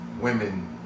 women